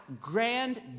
grand